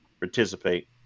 Participate